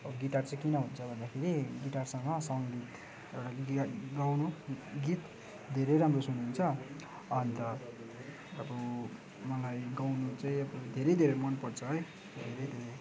अब गिटार चाहिँ किन हुन्छ भन्दाखेरि गिटारसँग सङ्गीत एउटा लिरिक या गाउनु गीत धेरै राम्रो सुनिन्छ अन्त अब मलाई गाउनु चाहिँ अब धेरै धेरै मनपर्छ है धेरै धेरै